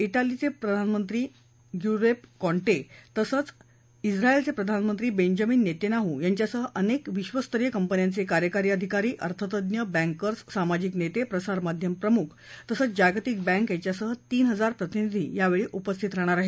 डेलीचे प्रधानमंत्री Giuseppe Conte तसंच उंत्राएलचे प्रधानमंत्री बेंजामिन नेतन्याह् यांच्यासह अनेक विश्वस्तरीय कंपन्यांचे कार्यकारी अधिकारी अर्थतज्ञ बँकर्स सामाजिक नेते प्रसारमाध्यम प्रमुख तसंच जागतिक बँक यांच्यासह तीन हजार प्रतिनिधी उपस्थित राहणार आहेत